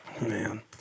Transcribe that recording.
Man